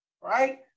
right